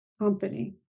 company